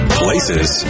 places